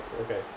Okay